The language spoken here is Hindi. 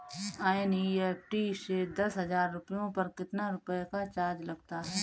एन.ई.एफ.टी से दस हजार रुपयों पर कितने रुपए का चार्ज लगता है?